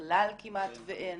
בכלל כמעט ואין.